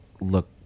look